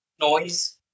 noise